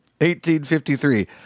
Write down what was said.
1853